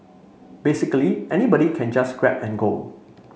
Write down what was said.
basically anybody can just grab and go